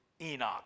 Enoch